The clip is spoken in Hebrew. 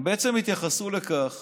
הם בעצם התייחסו לכך